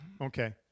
Okay